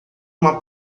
uma